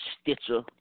Stitcher